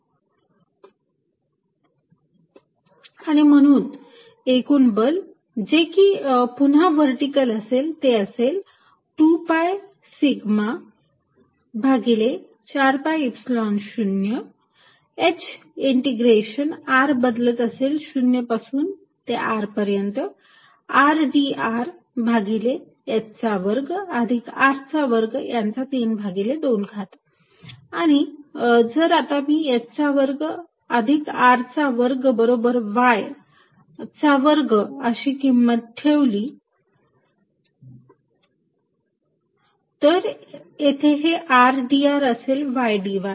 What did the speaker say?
FQq4π0hh2R232 dFringσ2πqh rdr4π0h2R232 आणि म्हणून एकूण बल असेल जे की पुन्हा व्हर्टिकल असेल ते असेल 2 पाय सिग्मा q भागिले 4 pi epsilon 0 h integration r बदलत असेल 0 पासून ते R पर्यंत r dr भागिले h चा वर्ग अधिक r चा वर्ग यांचा 32 घात आणि जर आता मी h वर्ग अधिक r चा वर्ग बरोबर y चा वर्ग अशी किंमत ठेवली Fvertical2πσqh4π00Rrdrh2r232 h2r2y2 rdrydy तर येथे हे r dr असेल ydy